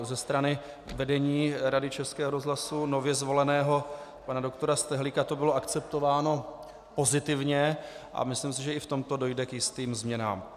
Ze strany vedení Rady Českého rozhlasu, nově zvoleného pana doktora Stehlíka, to bylo akceptováno pozitivně a myslím si, že i v tomto dojde k jistým změnám.